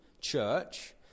church